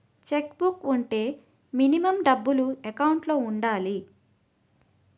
Check book వుంటే minimum డబ్బులు account లో ఉండాలి?